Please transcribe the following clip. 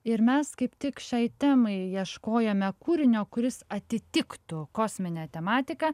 ir mes kaip tik šiai temai ieškojome kūrinio kuris atitiktų kosminę tematiką